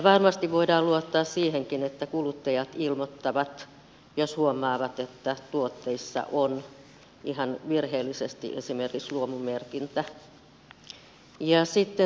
varmasti voidaan luottaa siihenkin että kuluttajat ilmoittavat jos huomaavat että tuotteissa on ihan virheellisesti esimerkiksi luomumerkintä